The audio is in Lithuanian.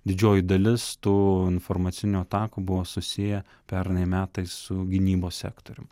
didžioji dalis tų informacinių atakų buvo susiję pernai metais su gynybos sektoriumi